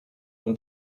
und